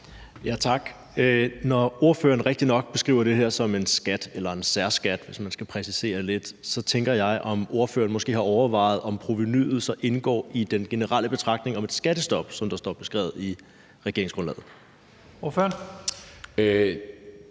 Tak. Når ordføreren rigtigt nok beskriver det her som en skat eller en særskat, hvis man skal præcisere det lidt, så tænker jeg på, om ordføreren måske har overvejet, om provenuet så indgår i den generelle betragtning om et skattestop, som det står beskrevet i regeringsgrundlaget. Kl.